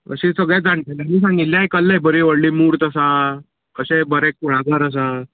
अशे सगल्या जाण्टेल्यांनी सांगिल्लें आयकल्लें बरी व्हडली मूर्त आसा अशें बरें कुळागर आसा